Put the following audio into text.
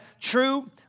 true